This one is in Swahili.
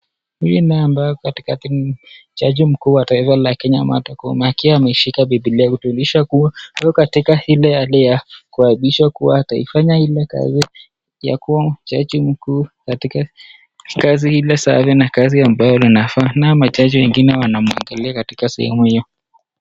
Huyu naye katikati ni jaji mkuu wa taifa la kenya martha koome akiwa ameshilikia bibilia kujulisha kuwa ako katika ile hali ya kuapishwa kuwa ataifanya ile kazi ya kuwa jaji mkuu katika kazi hilo ambayo inafaa nayo majaji wengine wanamwangalia katika sehemu hiyo.